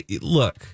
Look